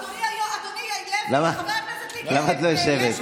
אדוני עייף, למה את לא יושבת?